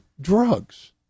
drugs